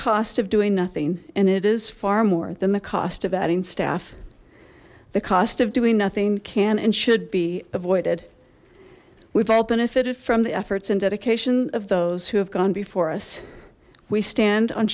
cost of doing nothing and it is far more than the cost of adding staff the cost of doing nothing can and should be avoided we've all benefited from the efforts and dedication of those who have gone before us we stand on